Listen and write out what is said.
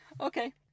Okay